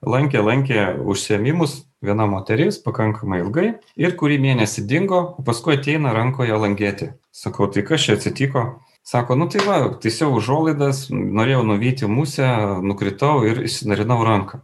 lankė lankė užsiėmimus viena moteris pakankamai ilgai ir kurį mėnesį dingo o paskui ateina rankoje langėtė sakau tai kas čia atsitiko sako nu tai va taisiau užuolaidas norėjau nuvyti musę nukritau ir išsinarinau ranką